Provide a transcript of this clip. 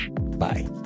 Bye